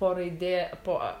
po raidė po